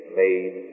made